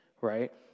right